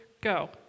Go